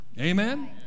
Amen